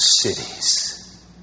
cities